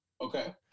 Okay